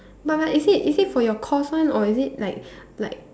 but but is it is it for your course one or is it like like